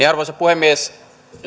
arvoisa puhemies